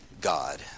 God